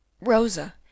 Rosa